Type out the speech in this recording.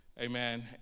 amen